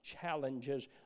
challenges